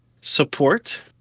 support